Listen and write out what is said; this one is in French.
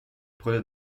prenez